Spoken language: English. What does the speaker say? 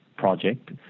project